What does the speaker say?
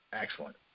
Excellent